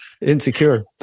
insecure